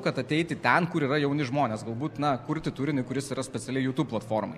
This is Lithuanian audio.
kad ateiti ten kur yra jauni žmonės galbūt na kurti turinį kuris yra specialiai youtube platformai